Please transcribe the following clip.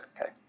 okay